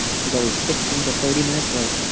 she's always fifteen to thirty minutes late.